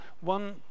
one